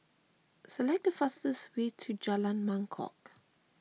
select the fastest way to Jalan Mangkok